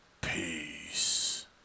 peace